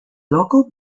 local